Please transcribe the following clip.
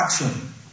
action